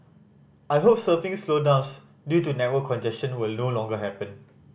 I hope surfing slowdowns due to network congestion will no longer happen